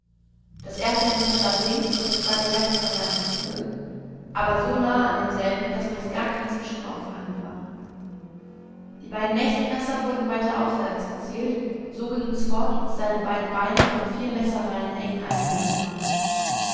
das erste messer stak links und das zweite rechts von seinem fuße aber so nahe an demselben daß fast gar kein zwischenraum vorhanden war die beiden nächsten messer wurden weiter aufwärts gezielt und so ging es fort bis seine beiden beine von vier messerreihen eng eingesäumt waren